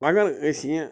اگر أسۍ یہِ